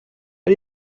pas